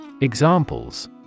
Examples